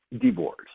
divorce